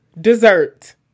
dessert